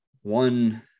one